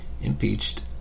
impeached